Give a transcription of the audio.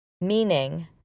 meaning